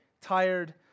tired